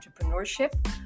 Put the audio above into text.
entrepreneurship